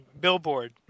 Billboard